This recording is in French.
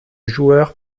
joueur